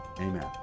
Amen